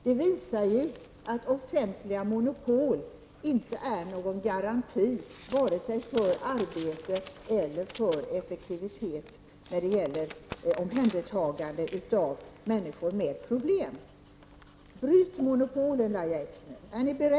Detta visar ju att offentliga monopol inte är någon garanti vare sig för arbete eller för effektivitet när det gäller omhändertagande av människor med problem! Bryt monopolen, Lahja Exner!